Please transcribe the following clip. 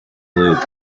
loop